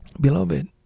Beloved